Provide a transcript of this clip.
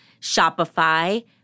Shopify